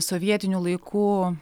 sovietinių laikų